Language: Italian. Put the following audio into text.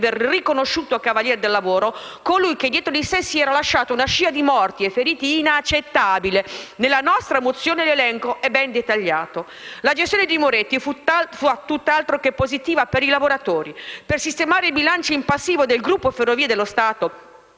aver riconosciuto cavaliere del lavoro colui che dietro di sé si era lasciato una scia di morti e feriti inaccettabile: nella nostra mozione l'elenco è ben dettagliato. La gestione di Moretti fu tutt'altro che positiva per i lavoratori: per sistemare i bilanci in passivo del gruppo Ferrovie dello Stato,